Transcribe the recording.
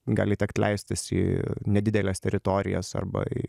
gali tekt leistis į nedideles teritorijas arba į